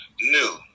new